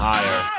Higher